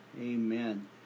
Amen